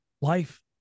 life